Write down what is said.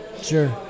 Sure